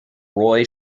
roy